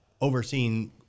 overseeing